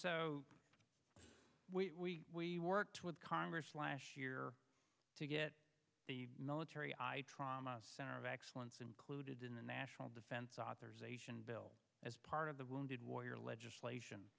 so we worked with congress last year to get the military i trauma center of excellence included in the national defense authorization bill as part of the wounded warrior legislation